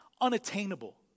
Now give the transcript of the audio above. unattainable